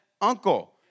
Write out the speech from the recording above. uncle